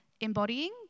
embodying